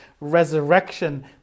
resurrection